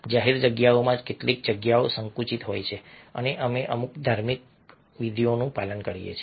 જાહેર જગ્યાઓમાં કેટલીકવાર જગ્યા સંકુચિત હોય છે અને અમે અમુક ધાર્મિક વિધિઓનું પાલન કરીએ છીએ